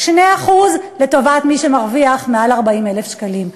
2% לטובת מי שמרוויח מעל 40,000 שקלים.